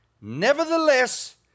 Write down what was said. Nevertheless